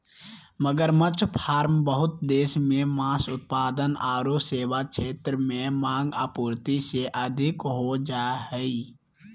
मगरमच्छ फार्म बहुत देश मे मांस उत्पाद आरो सेवा क्षेत्र में मांग, आपूर्ति से अधिक हो जा हई